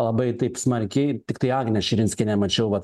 labai taip smarkiai tiktai agnę širinskienę mačiau vat